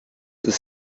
ist